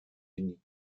unis